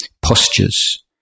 postures